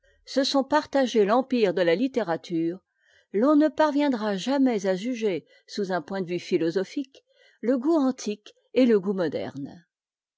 se sont partagé l'empire de la littérature l'on ne parviendra jamais à juger sous un point de vue philosophique le goût antique et le goût moderne